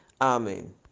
Amen